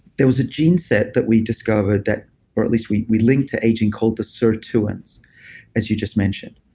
there was a gene set that we discovered that or at least we we linked to aging called the sirtuins as you just mentioned.